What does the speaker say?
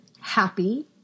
happy